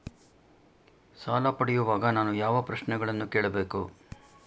ಸಾಲ ಪಡೆಯುವಾಗ ನಾನು ಯಾವ ಪ್ರಶ್ನೆಗಳನ್ನು ಕೇಳಬೇಕು?